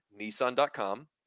nissan.com